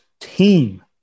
team